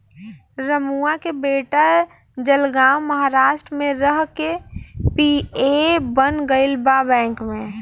रमुआ के बेटा जलगांव महाराष्ट्र में रह के सी.ए बन गईल बा बैंक में